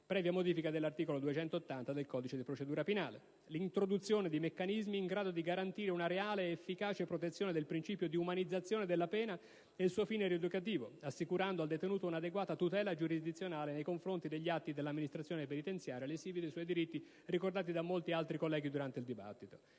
previa modifica dell'articolo 280 del codice di procedura penale; rispetto all'introduzione di meccanismi in grado di garantire una reale ed efficace protezione del principio di umanizzazione della pena e del suo fine rieducativo, nel senso di assicurare al detenuto un'adeguata tutela giurisdizionale nei confronti degli atti dell'amministrazione penitenziaria lesivi dei suoi diritti, ricordati da molti altri colleghi durante il dibattito;